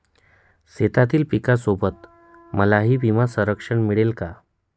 शेतीतील पिकासोबत मलाही विमा संरक्षण मिळेल का?